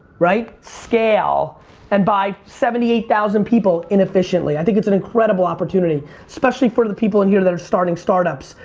right? scale and buy seventy eight thousand people efficiently. i think it's an incredible opportunity especially for the people in here that are starting startups.